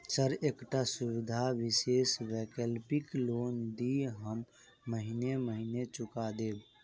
Sir एकटा सुविधा विशेष वैकल्पिक लोन दिऽ हम महीने महीने चुका देब?